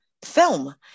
Film